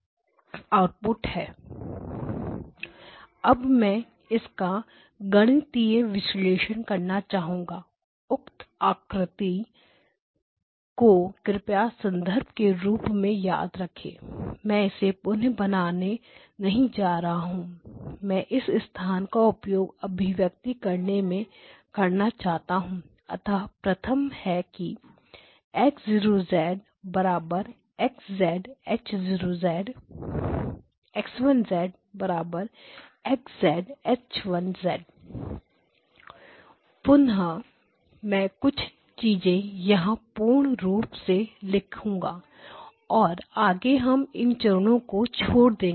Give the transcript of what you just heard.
समय स्लाइड देखें 0959 अब मैं इनका गणितीय विश्लेषण करना चाहूंगा उक्त आकृति को कृपया संदर्भ के रूप में याद रखें मैं इसे पुनः बनाने नहीं जा रहा हूं मैं इस स्थान का उपयोग अभिव्यक्ति करने में करना चाहता हूं अतः प्रथम यह है कि X 0 X H 0 X 1 X H 1 पुनः में कुछ चीजें यहां पूर्ण रूप में लिखूंगा पर आगे हम इन चरणों को छोड़ देंगे